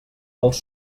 dels